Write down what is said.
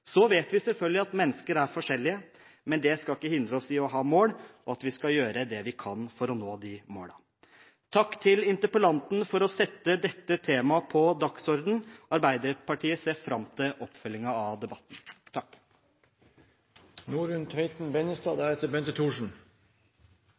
Så vet vi selvfølgelig at mennesker er forskjellige, men det skal ikke hindre oss i å ha mål og at vi skal gjøre det vi kan for å nå de målene. Takk til interpellanten for å sette dette temaet på dagsordenen. Arbeiderpartiet ser fram til oppfølgingen av debatten.